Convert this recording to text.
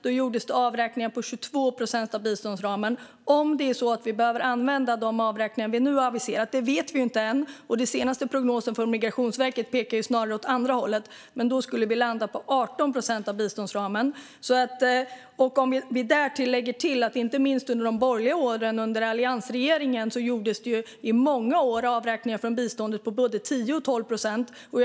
Då gjordes det avräkningar på 22 procent av biståndsramen. Om det är så att vi behöver använda de avräkningar vi nu har aviserat vet vi inte än, men den senaste prognosen från Migrationsverket pekar snarare åt andra hållet. Då skulle vi landa på 18 procent av biståndsramen. Vi kan lägga till att det inte minst under de borgerliga åren, under alliansregeringen, gjordes avräkningar från biståndet på både 10 och 12 procent under många år.